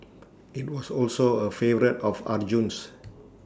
IT was also A favourite of Arjun's